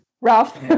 Ralph